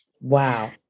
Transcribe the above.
wow